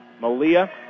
Malia